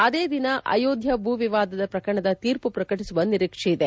ಅದೇ ದಿನ ಅಯೋಧ್ಯ ಭೂ ವಿವಾದದ ಪ್ರಕರಣದ ತೀರ್ಪು ಪ್ರಕಟಿಸುವ ನಿರೀಕ್ಷೆ ಇದೆ